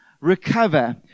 recover